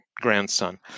grandson